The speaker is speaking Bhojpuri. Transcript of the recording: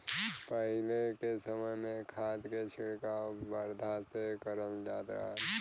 पहिले के समय में खाद के छिड़काव बरधा से करल जात रहल